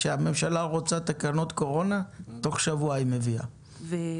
כשהממשלה רוצה תקנות קורונה תוך שבוע היא מביאה אותן,